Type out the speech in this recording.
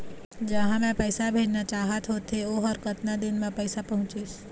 जहां मैं पैसा भेजना चाहत होथे ओहर कतका दिन मा पैसा पहुंचिस?